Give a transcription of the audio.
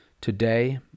today